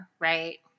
right